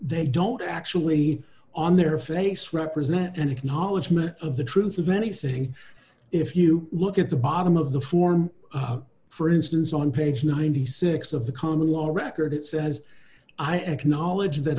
they don't actually on their face represent an acknowledgement of the truth of anything if you look at the bottom of the form for instance on page ninety six of the common law record it says i acknowledge that